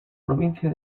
provincia